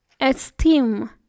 esteem